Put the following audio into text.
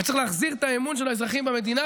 וצריך להחזיר את האמון של האזרחים במדינה.